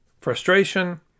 Frustration